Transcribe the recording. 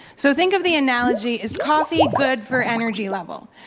so, think of the analogy, is coffee good for energy level?